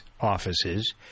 offices